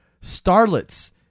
starlets